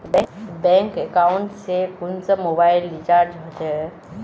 Bank account से कुंसम mobile recharge होचे?